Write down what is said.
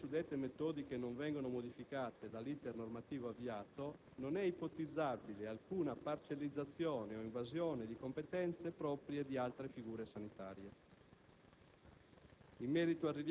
Pertanto, poiché le suddette metodiche non vengono modificate dall'*iter* normativo avviato, non è ipotizzabile alcuna parcellizzazione o invasione di competenze proprie di altre figure sanitarie.